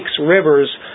rivers